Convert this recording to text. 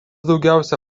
daugiausia